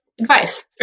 advice